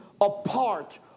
apart